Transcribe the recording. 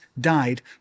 died